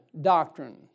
doctrine